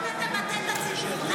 למה אתה מטעה את הציבור?